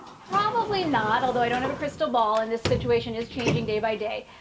probably not, although i don't have a crystal ball and this situation is changing day-by-day.